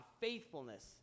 faithfulness